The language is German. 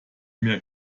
mehr